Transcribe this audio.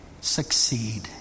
succeed